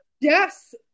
Yes